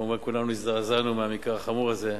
כמובן, כולנו הזדעזענו מהמקרה החמור הזה.